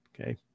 Okay